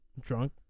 drunk